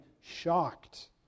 shocked